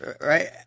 right